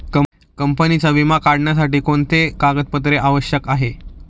कंपनीचा विमा काढण्यासाठी कोणते कागदपत्रे आवश्यक आहे?